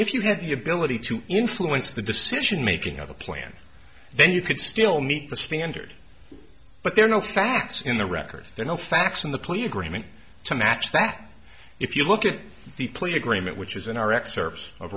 if you have the ability to influence the decision making of a plan then you could still meet the standard but there are no facts in the record there no facts in the police grammont to match that if you look at the plea agreement which is in our excerpts of